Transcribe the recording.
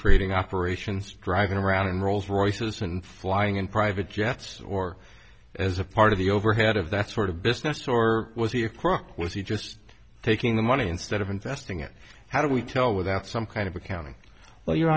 trading operations driving around in rolls royces and flying in private jets or as a part of the overhead of that sort of business or was he a crook was he just taking the money instead of investing it how do we tell without some kind of accounting